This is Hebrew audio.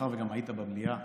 מאחר שגם היית במליאה